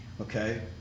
Okay